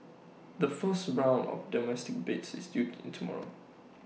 the first round of domestic bids is due in tomorrow